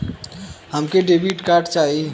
हमके debit card चाही?